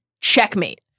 Checkmate